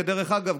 ודרך אגב,